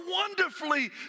wonderfully